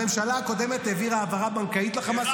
הממשלה הקודמת העבירה העברה בנקאית לחמאס,